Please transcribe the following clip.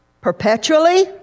Perpetually